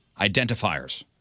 Identifiers